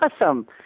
awesome